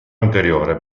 anteriore